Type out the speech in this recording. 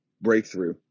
breakthrough